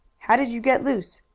how did you get loose?